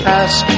ask